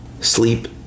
Sleep